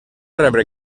rebre